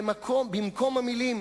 במקום המלים: